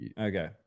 Okay